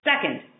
Second